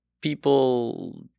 people